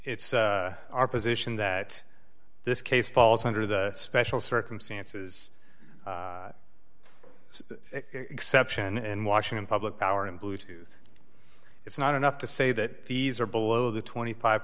it's our position that this case falls under the special circumstances exception in washington public power in bluetooth it's not enough to say that these are below the twenty five